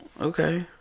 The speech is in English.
okay